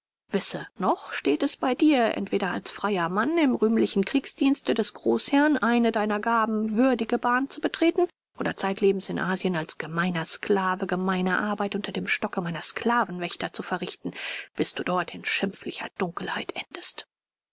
wisse noch steht es bei dir entweder als freier mann im rühmlichen kriegsdienste des großherrn eine deiner gaben würdige bahn zu betreten oder zeitlebens in asien als gemeiner sklave gemeine arbeit unter dem stocke meiner sklavenwächter zu verrichten bis du dort in schimpflicher dunkelheit endest